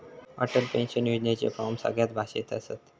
Atal pension योजनेचे form सगळ्या भाषेत असत